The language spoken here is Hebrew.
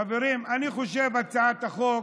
חברים, אני חושב שהצעת החוק